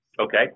Okay